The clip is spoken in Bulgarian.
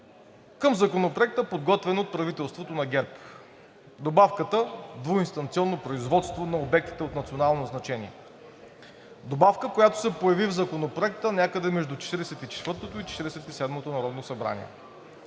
към Законопроекта, подготвен от правителството на ГЕРБ – добавката „двуинстанционно производство на обектите от национално значение“ – добавка, която се появи в Законопроекта някъде между Четиридесет